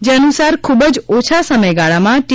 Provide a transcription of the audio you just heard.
જે અનુસાર ખૂબ જ ઓછા સમયગાળામાં ટી